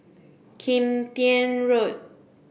Kim Tian Road